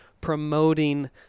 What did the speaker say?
promoting